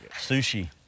Sushi